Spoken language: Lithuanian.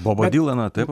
bobą dylaną taip